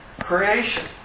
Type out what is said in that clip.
creation